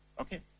Okay